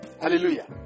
Hallelujah